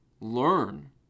Learn